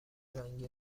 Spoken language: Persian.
رنگی